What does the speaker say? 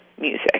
music